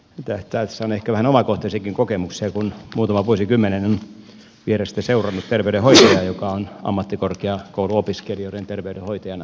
tässä on ehkä vähän omakohtaisiakin kokemuksia kun muutaman vuosikymmenen on vierestä seurannut terveydenhoitajaa joka on ammattikorkeakouluopiskelijoiden terveydenhoitajana toiminut